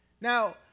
Now